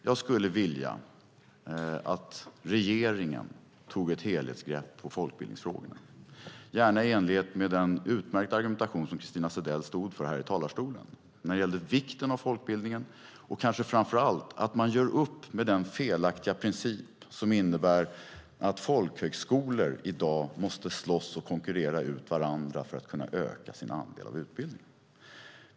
Jag skulle vilja att regeringen tog ett helhetsgrepp på folkbildningsfrågorna, gärna i enlighet med den utmärkta argumentation som Christina Zedell stod för här i talarstolen när det gällde vikten av folkbildningen. Framför allt kanske man ska göra upp med den felaktiga princip som innebär att folkhögskolor i dag måste slåss och konkurrera ut varandra för att kunna öka sin andel av utbildningen.